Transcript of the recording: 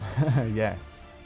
Yes